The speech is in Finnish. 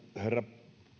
herra